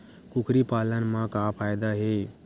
कुकरी पालन म का फ़ायदा हे?